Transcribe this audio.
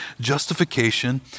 Justification